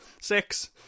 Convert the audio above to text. Six